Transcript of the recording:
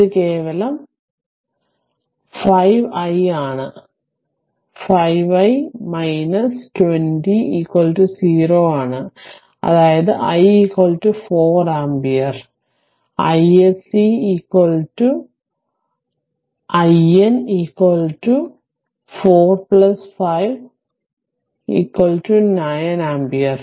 ഇത് കേവലം 5 i ആണ് ഇത് കേവലം 5 i 20 0 ആണ് അതായത് i 4 ampere iSC IN 4 5 9 ampere